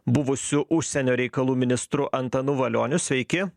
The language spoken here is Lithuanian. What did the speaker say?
buvusiu užsienio reikalų ministru antanu valioniu sveiki